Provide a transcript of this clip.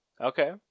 Okay